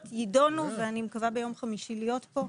יידונו ואני מקווה ביום חמישי להיות פה.